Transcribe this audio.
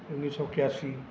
ਉੱਨੀ ਸੌ ਇਕਿਆਸੀ